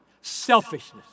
Selfishness